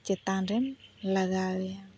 ᱪᱮᱛᱟᱱ ᱨᱮᱢ ᱞᱟᱜᱟᱣ ᱮᱭᱟ